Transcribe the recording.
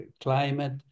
climate